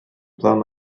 plan